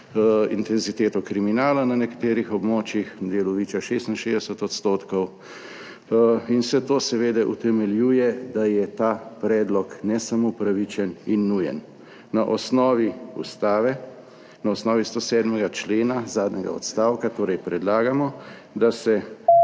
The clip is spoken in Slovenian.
intenziteto kriminala na nekaterih območjih, / nerazumljivo/ Viča 66 %. In vse to seveda utemeljuje, da je ta predlog ne samo pravičen in nujen. Na osnovi Ustave, na osnovi 107. člena, zadnjega odstavka torej predlagamo, da se